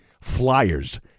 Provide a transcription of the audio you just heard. Flyers